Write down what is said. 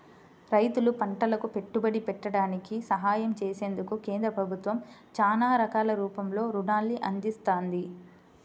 రైతులు పంటలకు పెట్టుబడి పెట్టడానికి సహాయం చేసేందుకు కేంద్ర ప్రభుత్వం చానా రకాల రూపంలో రుణాల్ని అందిత్తంది